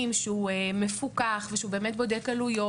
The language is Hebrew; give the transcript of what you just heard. שהוא מפוקח ושהוא באמת בודק עלויות,